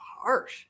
harsh